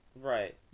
Right